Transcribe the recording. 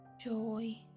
joy